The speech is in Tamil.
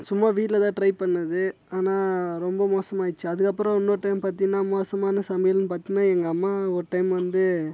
சும்மா வீட்டிலதான் ட்ரை பண்ணது ஆனால் ரொம்ப மோசமாயிடுச்சு அதுக்கப்புறோம் இன்னொர் டைம் பார்த்திங்கன்னா மோசமான சமையல்னு பார்த்திங்கன்னா எங்கம்மா ஒரு டைம் வந்து